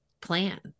plan